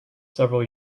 several